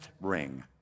ring